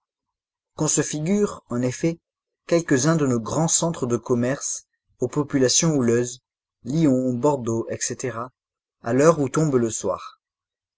qu'on se figure en effet quelques-uns de nos grands centres de commerce aux populations houleuses lyon bordeaux etc à l'heure où tombe le soir